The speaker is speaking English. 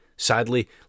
Sadly